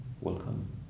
welcome